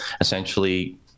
essentially